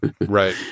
Right